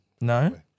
No